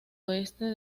oeste